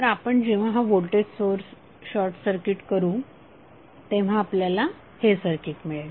तर आपण जेव्हा हा व्होल्टेज सोर्स शॉर्ट सर्किट करू तेव्हा आपल्याला हे सर्किट मिळेल